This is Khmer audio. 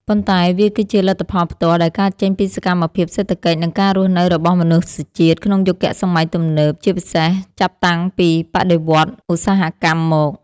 ប៉ុន្តែវាគឺជាលទ្ធផលផ្ទាល់ដែលកើតចេញពីសកម្មភាពសេដ្ឋកិច្ច និងការរស់នៅរបស់មនុស្សជាតិក្នុងយុគសម័យទំនើប ជាពិសេសចាប់តាំងពីបដិវត្តន៍ឧស្សាហកម្មមក។